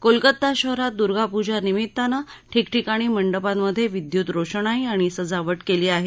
कोलकाता शहरात दुर्गा पूजा निमित्ताने ठिकठिकाणी मंडपांमधे विद्युत रोषणाई आणि सजावट केली आहे